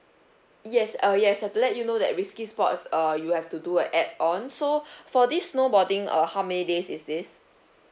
yes uh yes have to let you know that risky sports err you have to do a add on so for this snowboarding uh how many days is this